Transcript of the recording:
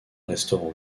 restaurant